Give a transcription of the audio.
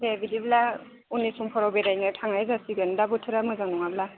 दे बिदिब्ला उननि समफोराव बेरायनो थांनाय जासिगोन दा बोथोरा मोजां नङाब्ला